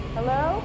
Hello